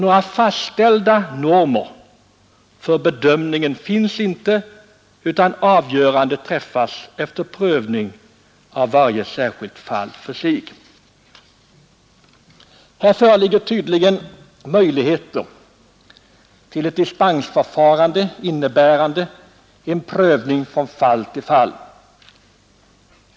Några fastställda normer för bedömningen finns inte, utan avgörandet träffas efter prövning av varje särskilt fall. Här föreligger tydligen möjligheter till ett dispensförfarande innebärande en prövning från fall till fall.